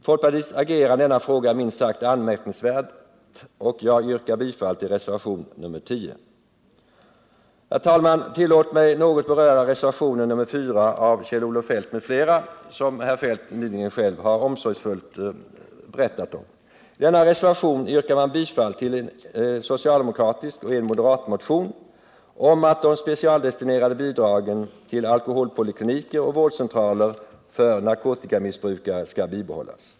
Folkpartiets agerande i denna fråga är minst sagt anmärkningsvärt, och jag yrkar bifall till reservationen 10. Herr talman! Tillåt mig något beröra reservationen 4 av Kjell-Olof Feldt in. fl., som herr Feldt nyss själv har berättat omsorgsfullt om. I denna reservation yrkar man bifall till en soch en m-motion om att de specialdestinerade bidragen till alkoholpolikliniker och vårdcentraler för narkotikamissbrukare skall bibehållas.